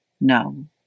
No